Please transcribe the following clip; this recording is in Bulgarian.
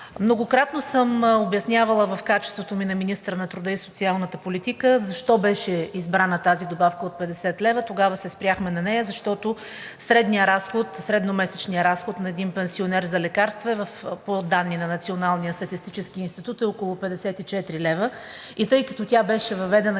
Многократно съм обяснявала в качеството ми на министър на труда и социалната политика защо беше избрана тази добавка от 50 лв. Тогава се спряхме на нея, защото средномесечният разход на един пенсионер за лекарства по данни на Националния статистически институт е около 54 лв. и тъй като тя беше въведена